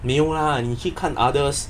没有 lah 你去看 Udders